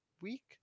week